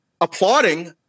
applauding